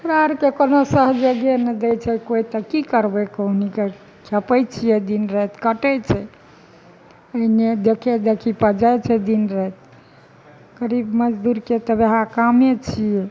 हमरा आरके कोनो सहयोगे नहि दै छै कोइ तऽ की करबय कहुनीके छपय छियै दिन राति काटय छियै एन्हे देखा देखीपर जाइ छै दिन राति गरीब मजदूरके तऽ ओहे कामे छियै